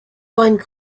find